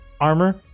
armor